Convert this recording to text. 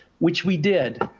which we did.